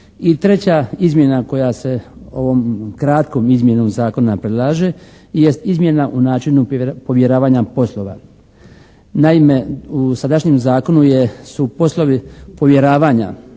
treća izmjena koja se ovom kratkom izmjenom zakona predlaže, jest izmjena u načinu povjeravanja poslova. Naime, u sadašnjem zakonu su poslovi povjeravanja,